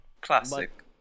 classic